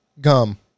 Gum